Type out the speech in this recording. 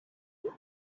the